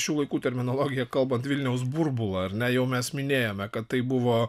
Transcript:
šių laikų terminologija kalbant vilniaus burbulą ar na jau mes minėjome kad tai buvo